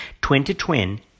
twin-to-twin